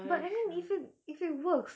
but I mean if it if it works